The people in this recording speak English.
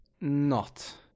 Not